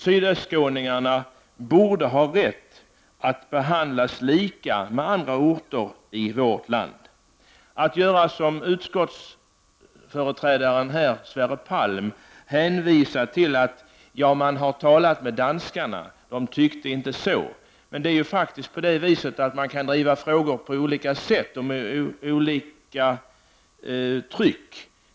Sydostskåningarna borde ha rätt att behandlas lika med andra orters invånare i vårt land. Utskottets företrädare Sverre Palm hänvisade här till att man har talat med danskarna och att de inte tycker så. Man kan faktiskt driva frågor på olika sätt och med olika tryck.